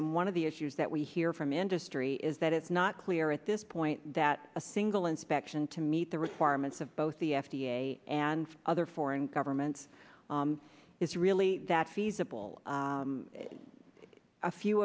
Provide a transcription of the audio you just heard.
and one of the issues that we hear from industry is that it's not clear at this point that a single inspection to meet the requirements of both the f d a and other foreign governments is really that feasible a few